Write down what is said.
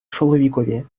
чоловікові